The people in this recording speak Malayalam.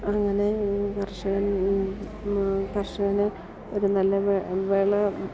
അങ്ങനെ കർഷകൻ കർഷകനെ ഒരു നല്ല വെ വില